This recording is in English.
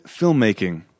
filmmaking